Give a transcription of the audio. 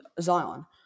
Zion